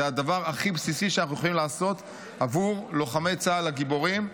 זה הדבר הכי בסיסי שאנחנו יכולים לעשות בעבור לוחמי צה"ל הגיבורים.